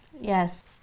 Yes